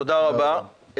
תודה רבה.